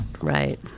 Right